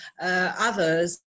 others